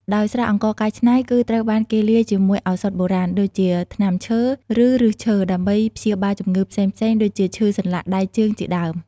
ដោយស្រាអង្ករកែច្នៃ គឺត្រូវបានគេលាយជាមួយឱសថបុរាណ ដូចជាថ្នាំឈើ ឬឫសឈើ ដើម្បីព្យាបាលជំងឺផ្សេងៗ ដូចជាឈឺសន្លាក់ដៃជើងជាដើម។